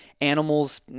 animals